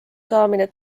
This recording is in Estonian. saamine